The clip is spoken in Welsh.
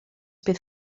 bydd